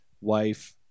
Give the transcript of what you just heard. wife